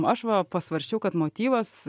aš va pasvarsčiau kad motyvas